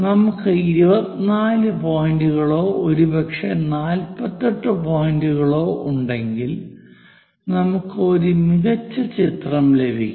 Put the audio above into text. നമുക്ക് 24 പോയിന്റുകളോ ഒരുപക്ഷേ 48 പോയിന്റുകളോ ഉണ്ടെങ്കിൽ നമുക്ക് ഒരു മികച്ച ചിത്രം ലഭിക്കും